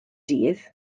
dydd